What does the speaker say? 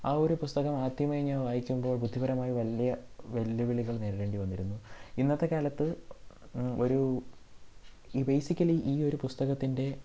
ആ ഒരു പുസ്തകം ആദ്യമായി ഞാൻ വായിക്കുമ്പോൾ ബുദ്ധിപരമായി വലിയ വെല്ലുവിളികൾ നേരിടേണ്ടി വന്നിരുന്നു ഇന്നത്തെ കാലത്ത് ഒരു ഈ ബേസിക്കലി ഈ ഒരു പുസ്തകത്തിൻ്റെ